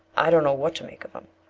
i don't know what to make of them.